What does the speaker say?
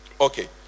okay